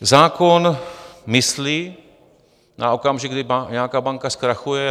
Zákon myslí na okamžik, kdy nějaká banka zkrachuje.